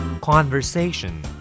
Conversation